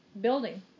building